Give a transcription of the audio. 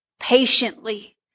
patiently